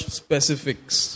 specifics